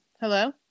Hello